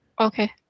Okay